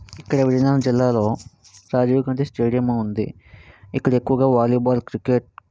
ఇక్కడ విజయనగరం జిల్లాలో రాజీవ్గాంధీ స్టేడియము ఉంది ఇక్కడ ఎక్కువగా వాలీబాల్ క్రికెట్